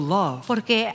love